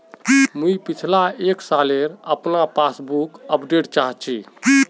मुई पिछला एक सालेर अपना पासबुक अपडेट चाहची?